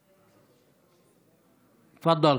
תפדל.